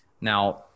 Now